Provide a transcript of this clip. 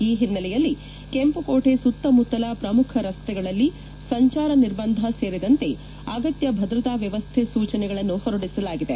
ಈ ಹಿನ್ನೆಲೆಯಲ್ಲಿ ಕೆಂಪುಕೋಟೆ ಸುತ್ತಮುತ್ತಲ ಪ್ರಮುಖ ರೆಸ್ತೆಗಳಲ್ಲಿ ಸಂಚಾರ ನಿರ್ಬಂಧ ಸೇರಿದಂತೆ ಅಗತ್ತ ಭದ್ರತಾ ವ್ಣವಸ್ಟೆ ಸೂಚನೆಗಳನ್ನು ಹೊರಡಿಸಲಾಗಿದೆ